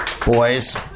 Boys